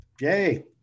yay